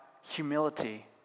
humility